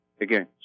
Again